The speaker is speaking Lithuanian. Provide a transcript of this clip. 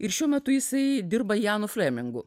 ir šiuo metu jisai dirba janu flemingu